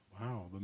wow